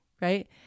Right